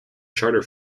charter